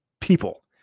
people